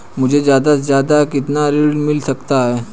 मुझे ज्यादा से ज्यादा कितना ऋण मिल सकता है?